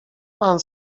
pan